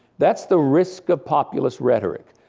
that's the risk of populous rhetoric.